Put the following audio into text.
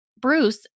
Bruce